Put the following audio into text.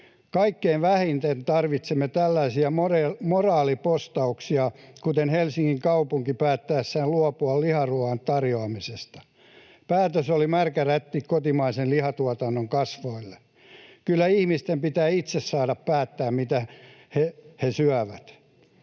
Kaikkein vähiten tarvitsemme tällaisia moraalipostauksia, jollaisen Helsingin kaupunki teki päättäessään luopua liharuoan tarjoamisesta. Päätös oli märkä rätti kotimaisen lihatuotannon kasvoille. Kyllä ihmisten pitää itse saada päättää, mitä he syövät.